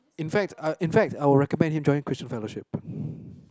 in fact I in fact I would recommend him join christian fellowship